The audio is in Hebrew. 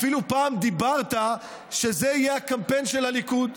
אפילו פעם דיברת שזה יהיה הקמפיין של הליכוד.